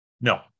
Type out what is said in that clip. No